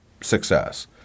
success